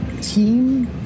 team